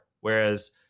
whereas